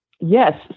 Yes